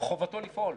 חובתו לפעול.